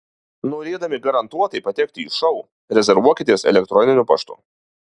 norėdami garantuotai patekti į šou rezervuokitės elektroniniu paštu